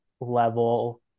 level